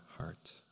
heart